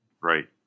Right